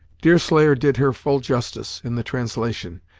deerslayer did her full justice in the translation,